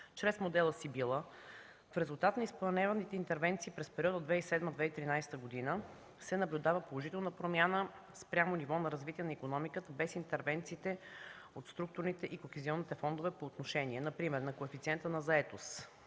чрез модела „СИБИЛА” в резултат на изпълнение на интервенции през периода 2007-2013 г. се наблюдава положителна промяна спрямо ниво на развитие на икономиката без интервенциите от структурните и кохезионните фондове по отношение, например на коефициента на заетост